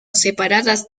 separadas